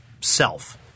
self